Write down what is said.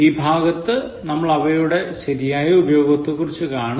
ഈ ഭാഗത്ത് നമ്മൾ അവയുടെ ശരിയായ ഉപയോഗത്തെക്കുറിച്ച് കാണും